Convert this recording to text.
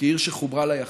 כעיר שחֻברה לה יחדו".